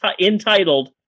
entitled